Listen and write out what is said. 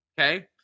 Okay